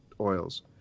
oils